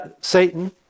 Satan